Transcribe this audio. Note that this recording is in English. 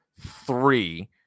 three